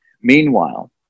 Meanwhile